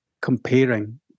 comparing